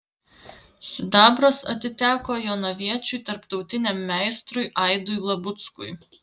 sidabras atiteko jonaviečiui tarptautiniam meistrui aidui labuckui